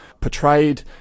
portrayed